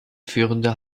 führende